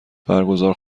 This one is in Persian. برگزار